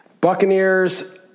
Buccaneers